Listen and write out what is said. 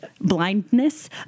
blindness